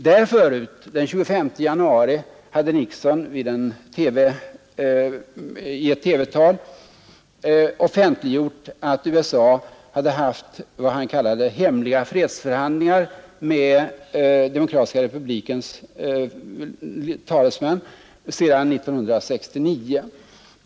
Dessförinnan, den 25 januari, hade Nixon i ett TV-tal offentliggjort att USA hade haft vad han kallade ”hemliga fredsförhandlingar” i Paris med Demokratiska republiken Vietnams talesmän sedan 1969.